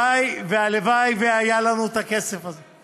והלוואי שהיה לנו הכסף הזה.